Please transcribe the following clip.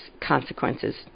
consequences